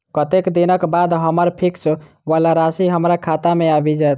कत्तेक दिनक बाद हम्मर फिक्स वला राशि हमरा खाता मे आबि जैत?